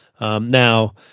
Now